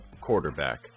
quarterback